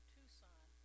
Tucson